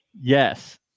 Yes